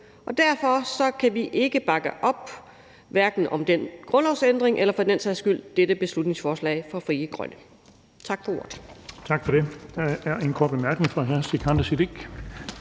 Derfor kan vi ikke bakke op om det her – hverken om en grundlovsændring eller for den sags skyld dette beslutningsforslag fra Frie Grønne. Tak for ordet.